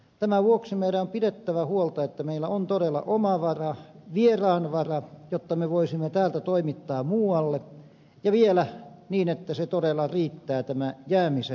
tämän vuoksi meidän on pidettävä huolta että meillä on todella oma vara vieraanvara jotta me voisimme täältä toimittaa muualle ja vielä niin että se todella riittää tämä jäämisen vara